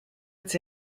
its